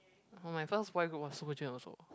oh my first boy group was Super-Junior also